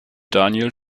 daniel